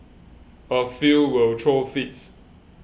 a few will throw fits